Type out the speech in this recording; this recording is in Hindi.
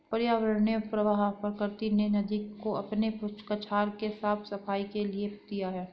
पर्यावरणीय प्रवाह प्रकृति ने नदी को अपने कछार के साफ़ सफाई के लिए दिया है